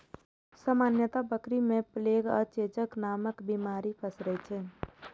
सामान्यतः बकरी मे प्लेग आ चेचक नामक बीमारी पसरै छै